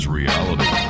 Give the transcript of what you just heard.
reality